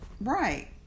Right